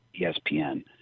ESPN